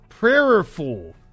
prayerful